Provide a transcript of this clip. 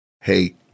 Hey